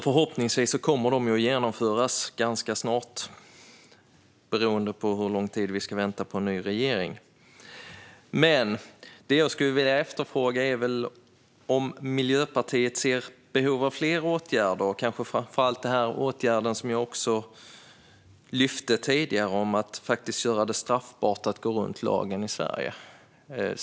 Förhoppningsvis kommer dessa åtgärder att vidtas ganska snart, beroende på hur lång tid vi ska vänta på en ny regering. Jag vill fråga om Miljöpartiet ser behov av fler åtgärder och kanske framför allt den åtgärd som jag lyfte fram tidigare om att göra det straffbart att gå runt lagen i Sverige.